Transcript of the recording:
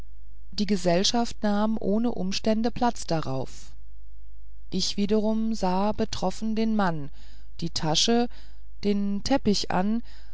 die gesellschaft nahm ohne umstände platz darauf ich wiederum sah betroffen den mann die tasche den teppich an